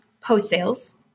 post-sales